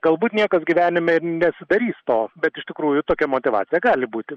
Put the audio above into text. galbūt niekas gyvenime ir nesidarys to bet iš tikrųjų tokia motyvacija gali būti